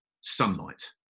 sunlight